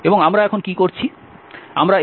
এবং আমরা এখন কি করছি